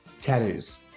Tattoos